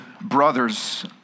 brothers